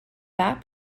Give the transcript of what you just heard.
that